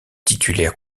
titulaire